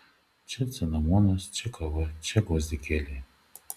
čia cinamonas čia kava čia gvazdikėliai